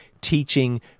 teaching